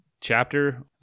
chapter